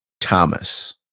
Thomas